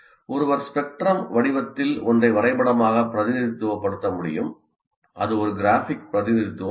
ஒருவர் ஸ்பெக்ட்ரம் வடிவத்தில் ஒன்றை வரைபடமாக பிரதிநிதித்துவப்படுத்த முடியும் அது ஒரு கிராஃபிக் பிரதிநிதித்துவம் ஆகும்